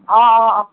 অঁ অঁ অঁ